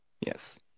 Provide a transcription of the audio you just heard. Yes